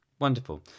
Wonderful